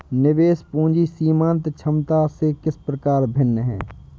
निवेश पूंजी सीमांत क्षमता से किस प्रकार भिन्न है?